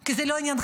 כי זה לא עניינכם,